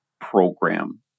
program